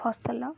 ଫସଲ